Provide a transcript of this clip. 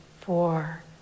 four